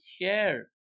share